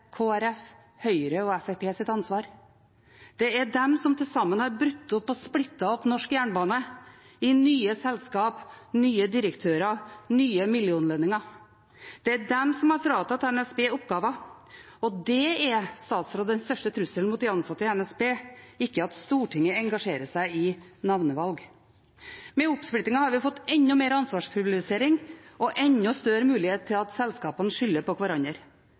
Høyre og Fremskrittspartiets ansvar. Det er de som til sammen har brutt opp og splittet opp norsk jernbane i nye selskaper, nye direktører og nye millionlønninger. Det er de som har fratatt NSB oppgaver. Det er den største trusselen mot de ansatte i NSB – ikke at Stortinget engasjerer seg i et navnevalg. Med oppsplittingen har vi fått enda mer ansvarspulverisering og enda større mulighet for at selskapene skylder på hverandre.